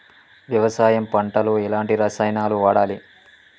వ్యవసాయం పంట లో ఎలాంటి రసాయనాలను వాడాలి?